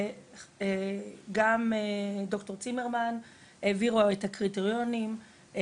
גם ד"ר צימרמן העבירה את הקריטריונים,